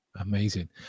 amazing